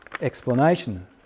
Explanation